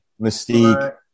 Mystique